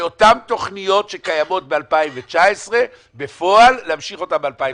לאותן תוכניות שקיימות ב-2019 בפועל להמשיך אותן ב-2020?